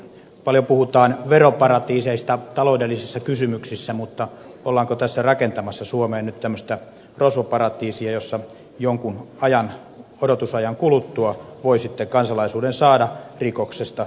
paljon puhutaan veroparatiiseista taloudellisissa kysymyksissä mutta ollaanko rakentamassa suomeen nyt tämmöistä rosvoparatiisia jossa jonkun odotusajan kuluttua voi kansalaisuuden saada rikoksesta riippumatta